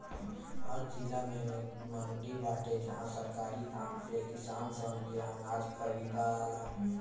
हर जिला में मंडी बाटे जहां सरकारी दाम पे किसान सन के अनाज खरीदाला